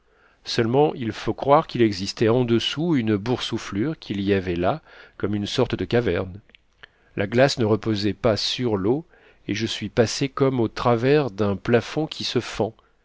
seulement il faut croire qu'il existait en dessous une boursouflure qu'il y avait là comme une sorte de caverne la glace ne reposait pas sur l'eau et je suis passé comme au travers d'un plafond qui se fend